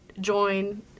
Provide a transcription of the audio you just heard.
join